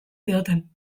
zioten